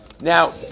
Now